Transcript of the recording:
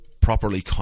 properly